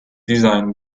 design